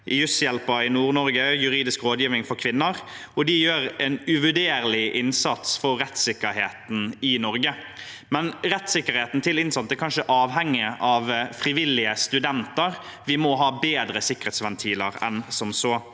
Jusshjelpa i Nord-Norge og Juridisk rådgivning for kvinner. De gjør en uvurderlig innsats for rettssikkerheten i Norge, men rettssikkerheten til innsatte kan ikke avhenge av frivillige studenter. Vi må ha bedre sikkerhetsventiler enn som så.